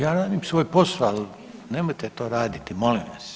Ja radim svoj posao, ali nemojte to raditi molim vas.